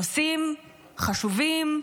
נושאים חשובים,